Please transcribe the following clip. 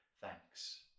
thanks